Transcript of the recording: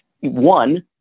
One